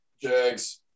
Jags